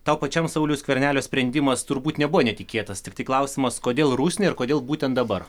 tau pačiam sauliaus skvernelio sprendimas turbūt nebuvo netikėtas tiktai klausimas kodėl rusnė ir kodėl būtent dabar